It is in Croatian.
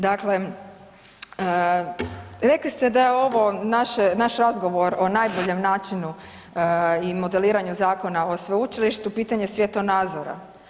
Dakle, rekli ste da je ovo, naš razgovor o najboljem načinu i modeliranju zakona o sveučilištu pitanje svjetonazora.